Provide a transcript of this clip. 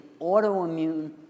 autoimmune